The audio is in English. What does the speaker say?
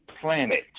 planet